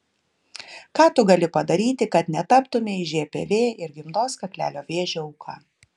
ką tu gali padaryti kad netaptumei žpv ir gimdos kaklelio vėžio auka